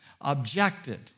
objected